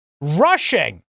rushing